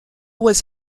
was